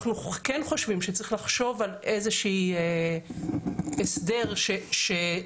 אנחנו כן חושבים שצריך לחשוב על איזשהו הסדר שיחזק